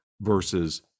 versus